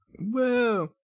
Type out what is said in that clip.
Whoa